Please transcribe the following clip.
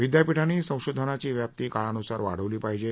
विद्यापीठांनी संधोशनाची व्याप्ती काळानुसार वाढवली पाहिजे